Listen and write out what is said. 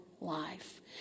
life